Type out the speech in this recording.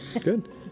Good